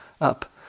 up